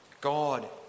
God